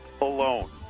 alone